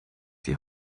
die